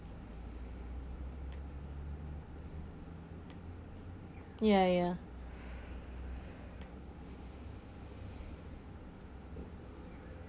ya ya